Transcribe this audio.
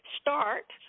start